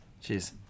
cheers